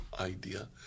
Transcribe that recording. idea